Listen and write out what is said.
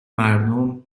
مردم